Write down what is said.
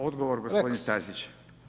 Odgovor, gospodin Stazić.